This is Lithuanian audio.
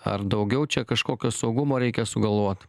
ar daugiau čia kažkokio saugumo reikia sugalvot